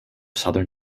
southern